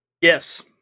Yes